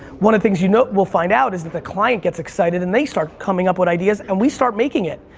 one of the things you note, we'll find out is if the client gets excited and they start coming up with ideas and we start making it.